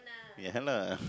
ya lah